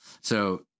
So-